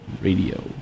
Radio